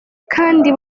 kandi